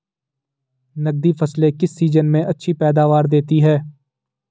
नकदी फसलें किस सीजन में अच्छी पैदावार देतीं हैं?